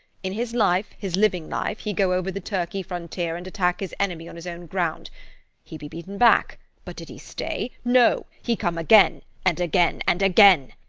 in his life, his living life, he go over the turkey frontier and attack his enemy on his own ground he be beaten back, but did he stay? no! he come again, and again, and again.